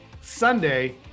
Sunday